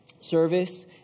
service